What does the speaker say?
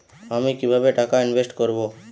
আমি কিভাবে টাকা ইনভেস্ট করব?